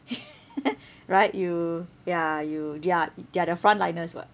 right you ya you they're they're the frontliners [what]